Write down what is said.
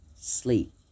sleep